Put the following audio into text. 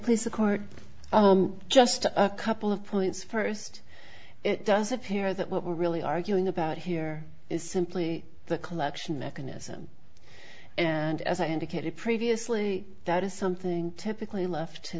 replace the court just a couple of points first it does appear that what we're really arguing about here is simply the collection mechanism and as i indicated previously that is something typically left to